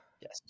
yes